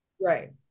Right